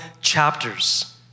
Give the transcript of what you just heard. chapters